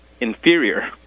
inferior